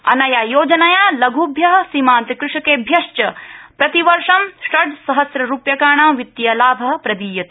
अनया योजनया लघ्भ्य सीमांतकृषकेभ्यश्च प्रतिवर्ष षड् सहस्र रुप्यकाणां वित्तीयलाभ प्रदीयते